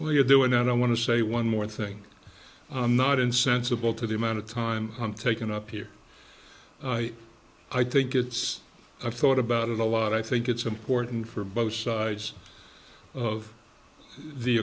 where you're doing that i want to say one more thing i'm not insensible to the amount of time i'm taking up here i think it's i've thought about it a lot i think it's important for both sides of the